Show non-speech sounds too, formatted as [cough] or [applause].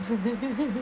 [laughs]